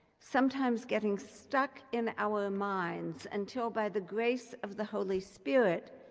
sometimes getting stuck in our minds until, by the grace of the holy spirit,